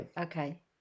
Okay